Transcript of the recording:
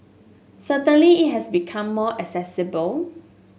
certainly it has become more accessible